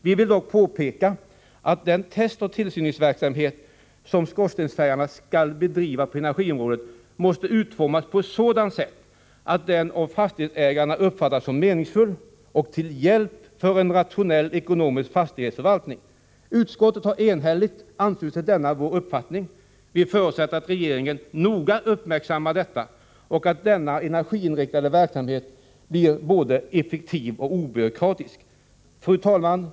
Vi vill dock påpeka att testoch tillsynsverksamhet som skorstensfejarna skall bedriva på energiområdet måste utformas på ett sådant sätt att den av fastighetsägarna uppfattas som meningsfull och till hjälp för en rationell och ekonomisk fastighetsförvaltning. Utskottet har enhälligt anslutit sig till denna vår uppfattning. Vi förutsätter att regeringen noga uppmärksammar detta och att denna energiinriktade verksamhet blir både effektiv och obyråkratisk. Fru talman!